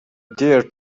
dear